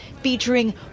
featuring